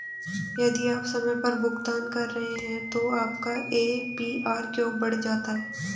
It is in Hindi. यदि आप समय पर भुगतान कर रहे हैं तो आपका ए.पी.आर क्यों बढ़ जाता है?